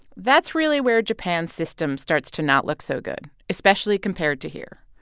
that's really where japan's system starts to not look so good, especially compared to here.